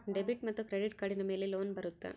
Debit ಮತ್ತು credit ಕಾರ್ಡಿನ ಮೇಲೆ ಲೋನ್ ಬರುತ್ತಾ?